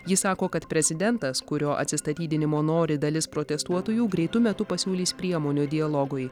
jis sako kad prezidentas kurio atsistatydinimo nori dalis protestuotojų greitu metu pasiūlys priemonių dialogui